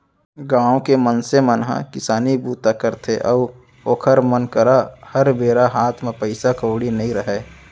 गाँव के मनसे मन ह किसानी बूता करथे अउ ओखर मन करा हर बेरा हात म पइसा कउड़ी नइ रहय